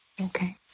Okay